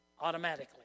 automatically